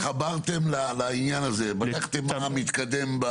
התחברתם לעניין הזה, בדקתם מה מתקדם.